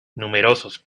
numerosos